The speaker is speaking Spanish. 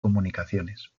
comunicaciones